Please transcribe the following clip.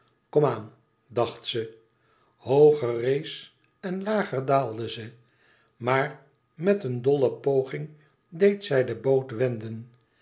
aan dacht ze hooger rees en lager daalde ze maar met een dolle poging deed zij de boot wenden